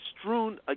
strewn